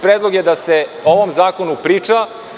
Predlog je da se o ovom zakonu priča.